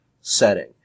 setting